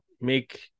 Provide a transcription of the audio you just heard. make